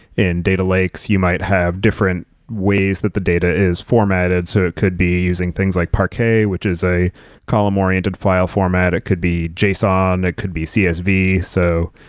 in data lakes, you might have different ways that the data is formatted. so, it could be using things like parquet, which is a column-oriented file format. it could be json. it could be csv. so,